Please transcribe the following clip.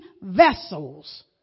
vessels